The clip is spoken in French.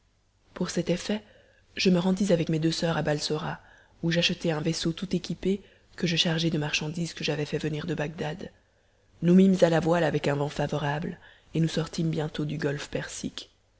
pour cet effet je me rendis avec mes deux soeurs à balsora où j'achetai un vaisseau tout équipé que je chargeai de marchandises que j'avais fait venir de bagdad nous mîmes à la voile avec un vent favorable et nous sortîmes bientôt du golfe persique